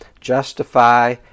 justify